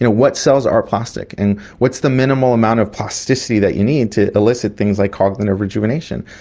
what cells are plastic, and what's the minimal amount of plasticity that you need to elicit things like cognitive rejuvenation?